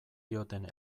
dioten